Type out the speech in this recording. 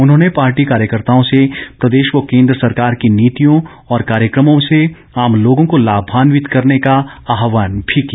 उन्होंने पार्टी कार्यकर्ताओं से प्रदेश व केंद्र सरकार की नीतियों और कार्यक्रमों से आम लोगों को लाभान्वित करने का आहवान भी किया